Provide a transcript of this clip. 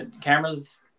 cameras